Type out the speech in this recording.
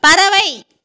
பறவை